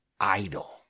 idol